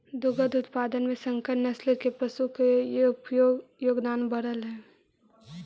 दुग्ध उत्पादन में संकर नस्ल के पशु के योगदान बढ़ले हइ